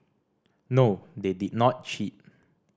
no they did not cheat